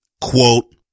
quote